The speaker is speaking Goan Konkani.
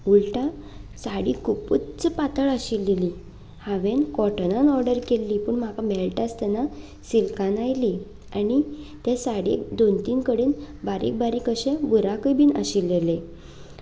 उलटा साडी खुबूच पातळ आशिल्ली हांवें कॉटनान ऑर्डर केल्ली पूण म्हाका मेळटा आसतना सिल्कान आयली आनी ते साडयेक दोन तीन कडेन बारीक बारीक अशे बुराकूय आशिल्ले